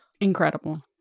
Incredible